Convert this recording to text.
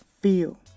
feel